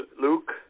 Luke